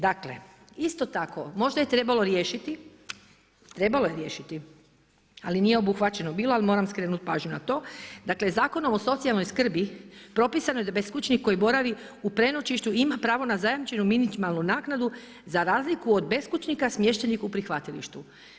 Dakle, isto tako, možda je trebalo riješiti, trebalo je riješiti, ali nije obuhvaćeno bila, ali moram skrenuti pažnju na to, dakle, Zakonom o socijalnom skrbi, propisano je da beskućnik koji boravi u prenočiću, ima pravo na zajamčeno minimalnu naknadu, za razliku od beskućnika smještenih u prihvatilištu.